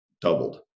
doubled